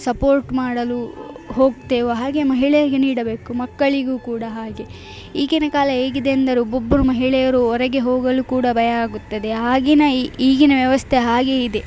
support ಮಾಡಲು ಹೋಗ್ತೇವೊ ಹಾಗೇ ಮಹಿಳೆಯರಿಗೆ ನೀಡಬೇಕು ಮಕ್ಕಳಿಗು ಕೂಡ ಹಾಗೇ ಈಗಿನ ಕಾಲ ಹೇಗಿದೆ ಅಂದರೆ ಒಬ್ಬೊಬ್ಬರು ಮಹಿಳೆಯರು ಹೊರಗೆ ಹೋಗಲು ಕೂಡ ಭಯ ಆಗುತ್ತದೆ ಆಗಿನ ಈಗಿನ ವ್ಯವಸ್ಥೆ ಹಾಗೇ ಇದೆ